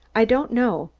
i don't know.